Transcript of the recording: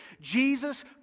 Jesus